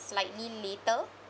slightly later